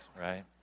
right